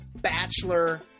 bachelor